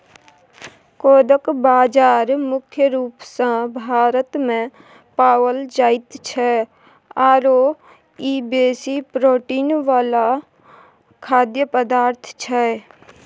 कोदो बाजरा मुख्य रूप सँ भारतमे पाओल जाइत छै आओर ई बेसी प्रोटीन वला खाद्य पदार्थ छै